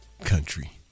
country